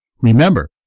Remember